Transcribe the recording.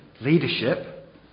leadership